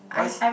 why's